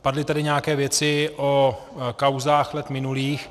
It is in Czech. Padly tady nějaké věci o kauzách let minulých.